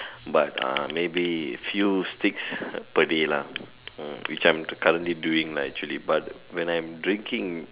but ah maybe few sticks per day lah which I'm currently doing ah actually but when I'm drinking